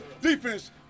Defense